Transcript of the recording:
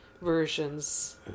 versions